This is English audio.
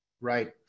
Right